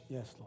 Yes